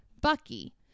Bucky